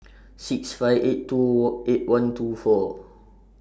six five eight two Walk eight one two four